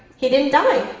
he didn't die.